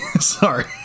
Sorry